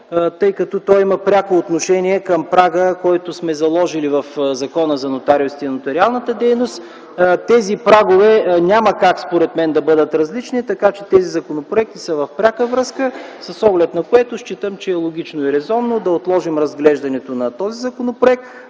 в брой. Той има пряко отношение към прага, който сме заложили в Закона за нотариусите и нотариалната дейност. Тези прагове според мен няма как да бъдат различни, така че тези законопроекти са в пряка връзка, с оглед на което считам, че е логично и резонно да отложим разглеждането на този законопроект